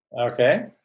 okay